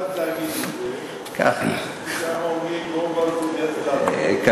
להגיד את זה כפי שאנחנו אומרים, רוברט אילטוב.